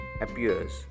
appears